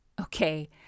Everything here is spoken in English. Okay